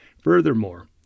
Furthermore